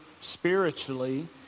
spiritually